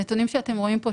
הנתונים שאתם רואים כאן,